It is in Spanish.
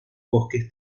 bosques